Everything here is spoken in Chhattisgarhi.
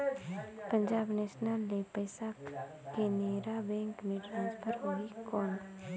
पंजाब नेशनल ले पइसा केनेरा बैंक मे ट्रांसफर होहि कौन?